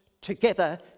together